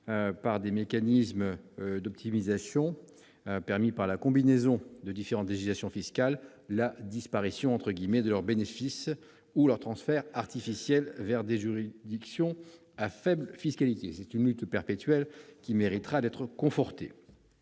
biais de mécanismes d'optimisation permis par la combinaison de différentes législations fiscales, la « disparition » de leurs bénéfices ou le transfert artificiel de ces derniers vers des juridictions à faible fiscalité. Il s'agit d'une lutte perpétuelle qui devra être encore confortée.